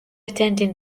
attending